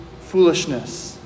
foolishness